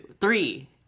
three